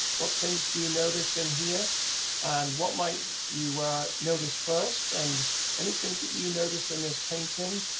what things do you notice in here and what might you ah notice first and anything that you notice in this painting.